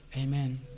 Amen